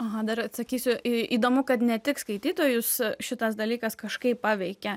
aha dar atsakysiu į įdomu kad ne tik skaitytojus šitas dalykas kažkaip paveikė